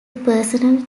personal